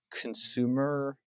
consumer